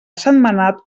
sentmenat